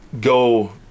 go